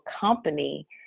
company